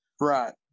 Right